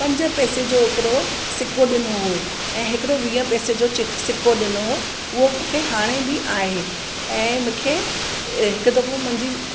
पंज पेसे जो हिकिड़ो सिको ॾिनो हुओ ऐं हिकिड़ो वीह पैसे जो चिक सिको ॾिनो हो उहो मूंखे हाणे बि आहे ऐं मूंखे हिकु दफ़ो मुंहिंजी